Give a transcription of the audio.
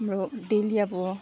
हाम्रो डेली अब